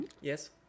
Yes